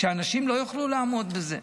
אנשים לא יוכלו לעמוד בזה.